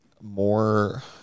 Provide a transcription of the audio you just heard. more